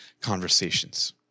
conversations